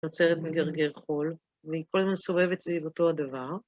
נוצרת מגרגר חול, והיא כל הזמן סובבת סביב אותו הדבר.